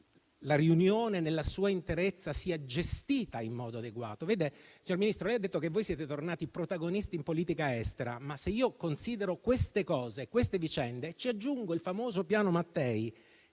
la riunione nella sua interezza sia gestita in modo adeguato? Signor Ministro, lei ha detto che voi siete tornati protagonisti in politica estera. Ma, se io considero queste vicende, e ci aggiungo il famoso piano Mattei,